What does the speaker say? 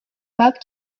pape